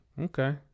Okay